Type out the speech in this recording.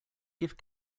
gift